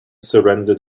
surrender